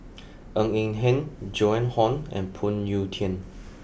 Ng Eng Hen Joan Hon and Phoon Yew Tien